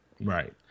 Right